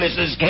Mrs